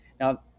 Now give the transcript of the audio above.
Now